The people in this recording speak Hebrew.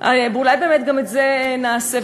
גם את זה נעשה,